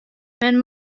men